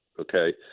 okay